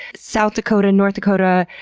south dakota, north dakota,